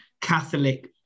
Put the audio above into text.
Catholic